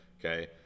okay